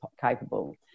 capable